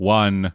one